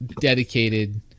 dedicated